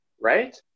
Right